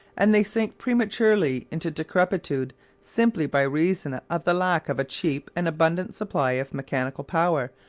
and they sink prematurely into decrepitude simply by reason of the lack of a cheap and abundant supply of mechanical power,